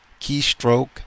keystroke